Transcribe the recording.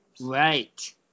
Right